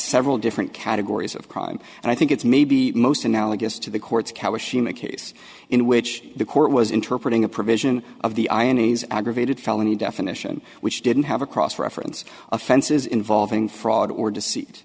several different categories of crime and i think it's maybe most analogous to the court's kalar shima case in which the court was interpreting a provision of the ironies aggravated felony definition which didn't have a cross reference offenses involving fraud or de